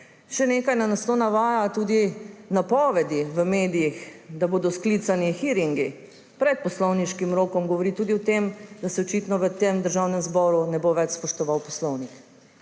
Še nekaj nas navaja k temu. Tudi napovedi v medijih, da bodo sklicani hearingi pred poslovniškim rokom, govorijo o tem, da se očitno v tem državnem zboru ne bo več spoštoval poslovnik.